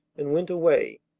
and went away.